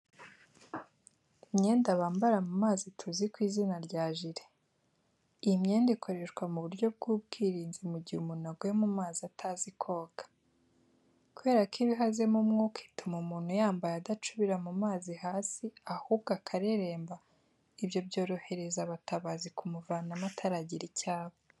Imyenda bambara mu mazi tuzi ku izina rya jire. Iyi myenda ikoreshwa mu buryo bw'ubwirinzi mu gihe umuntu aguye mu mazi atazi koga. Kubera ko iba ihazemo umwuka ituma umuntu uyambaye adacubira mu mazi hasi ahubwo akareremba ibyo byorohereza abatabazi kumuvanamo ataragira icyo aba.